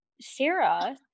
Sarah